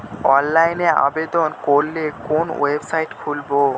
অনলাইনে আবেদন করলে কোন ওয়েবসাইট খুলব?